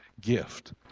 gift